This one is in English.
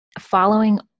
following